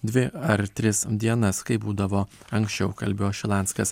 dvi ar tris dienas kaip būdavo anksčiau kalbėjo šilanskas